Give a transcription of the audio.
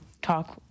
Talk